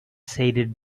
shaded